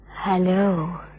Hello